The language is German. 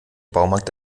baumarkt